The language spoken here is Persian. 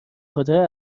خاطر